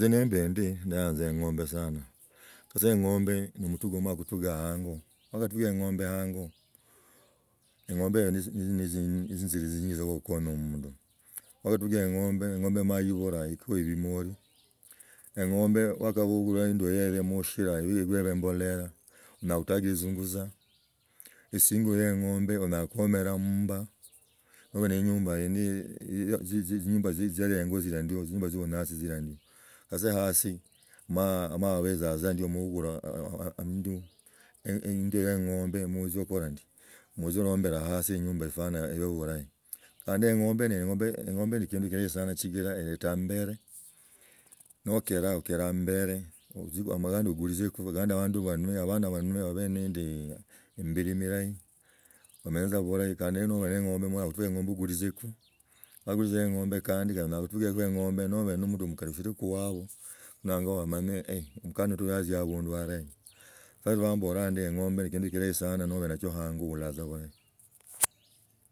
Itza namb ndi, ndayanza eng’ombe sana. Sasa eng’omba no mutuga wamala kutuga ango, wakatuga eng’omba hango ingo eyo izi kukonya omundu luakatuga eng’omba, eng’omba emara eibula ekuha bimoli, eng’omba wakabukula ndoho bebe motshira wabe embolaa onyala kutaga etzinguza. Esingo yi eng’ombe onyala kohomera mmba, nobe ne enyo indi ya tzi tziiaengo tzio buhyaei tzila ndio gatze hasi, mabetsa tza ndio mobukula endi ya eng’ombe motzia okola ndi motzia olombole hasi maenzu erwana burahi. Kandi eng’ombe ne kindu kirahi sana sichira eleta ambere nokera okera ambere na kandi agulitziku agandi abandu banywa babe nan a embili mirahi bamanya tza burahi kandi noba ne engombe onyala kubukula eng’ombe oguliziku wakagulizi eng’ombe kandi onyala kubukulako eng’ombe noba noline mundu mukali otshiliku waba, nangwa bamanye, omukaneti ostia abundu alahi lwa mbola ndi eng’ombe ne kindu kilahi sana nobe nacho ango ohola tza bulahi.